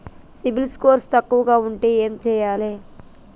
CIBIL score తక్కువ ఉంటే ఏం చేయాలి?